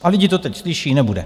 A lidi to teď slyší nebude.